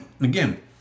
Again